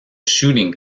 shooting